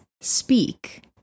Speak